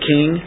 King